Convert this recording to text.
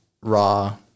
raw